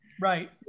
right